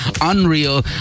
Unreal